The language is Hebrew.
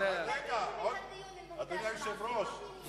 זו הערה צינית היתה.